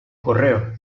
correo